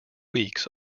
weeks